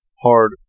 hard